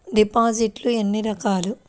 డిపాజిట్లు ఎన్ని రకాలు?